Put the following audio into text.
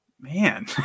man